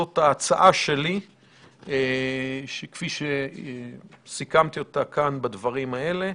זאת ההצעה שלי כפי שסיכמתי אותה בדברים האלה.